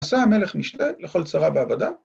‫עשה המלך משתה לכל שריו ועבדיו.